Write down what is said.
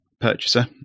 purchaser